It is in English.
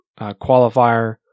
qualifier